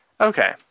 Okay